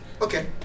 Okay